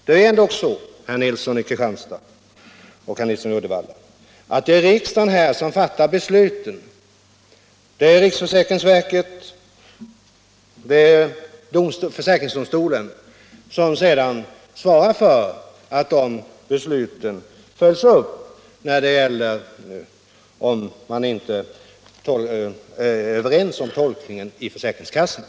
Det är dock, herr Nilsson i Kristianstad och herr Nilsson i Uddevalla, riksdagen som fattar besluten och riksförsäkringsverket och försäkringsdomstolen som sedan svarar för att beslutén följs upp, då man inte är överens om tolkningen i försäkringskassorna.